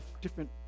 different